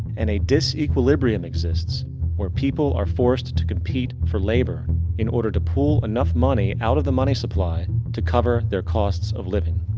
and a disequilibrium exists where people are forced to compete for labor in order to pull enough money out of the money supply to cover their costs of living.